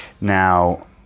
Now